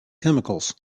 chemicals